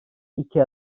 iki